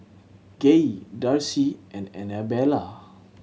Gaye Darci and Anabella